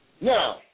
Now